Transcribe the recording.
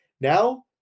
Now